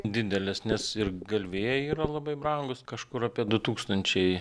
didelės nes ir galvijai yra labai brangūs kažkur apie du tūkstančiai